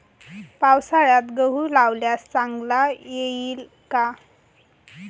पावसाळ्यात गहू लावल्यास चांगला येईल का?